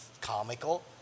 comical